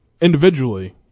individually